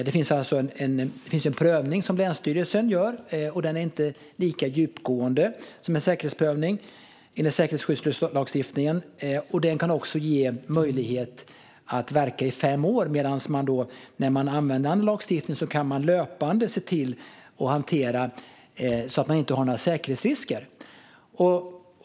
Det finns alltså en prövning som länsstyrelsen gör, och den är inte lika djupgående som en säkerhetsprövning enligt säkerhetsskyddslagen. Den kan också ge möjlighet att verka i fem år, medan man om man använder annan lagstiftning kan hantera detta löpande så att man inte har några säkerhetsrisker.